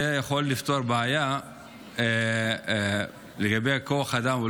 זה אולי יכול לפתור בעיה של כוח אדם,